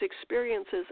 experiences